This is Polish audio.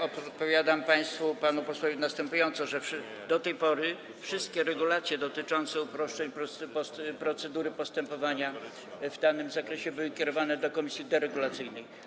Odpowiadam państwu, panu posłowi następująco: do tej pory wszystkie regulacje dotyczące uproszczeń procedury postępowania w danym zakresie były kierowane do komisji deregulacyjnej.